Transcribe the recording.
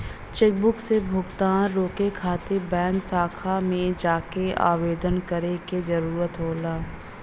chequebook से भुगतान रोके खातिर बैंक शाखा में जाके आवेदन करे क जरुरत होला